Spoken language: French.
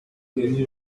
donc